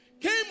Came